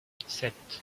sept